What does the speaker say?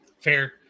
Fair